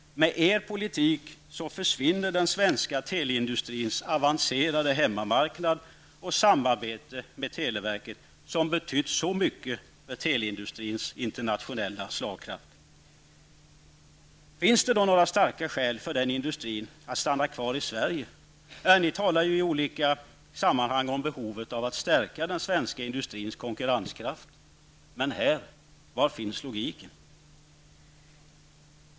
Med er politik försvinner den svenska teleindustrins avancerade hemmamarknad och samarbete med televerket, som har betytt så mycket för teleindustrins internationella slagkraft. Finns det då några starka skäl för den industrin att stanna kvar i Sverige? Ni talar ju i olika sammanhang om behovet av att stärka den svenska industrins konkurrenskraft. Var finns logiken?